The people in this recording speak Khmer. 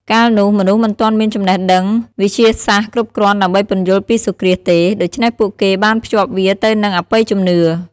កាលនោះ មនុស្សមិនទាន់មានចំណេះដឹងវិទ្យាសាស្ត្រគ្រប់គ្រាន់ដើម្បីពន្យល់ពីសូរ្យគ្រាសទេ ដូច្នេះពួកគេបានភ្ជាប់វាទៅនឹងអបិយជំនឿ ។